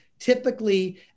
typically